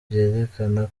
byerekana